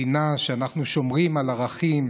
מדינה שאנחנו שומרים בה על הערכים